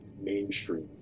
Mainstream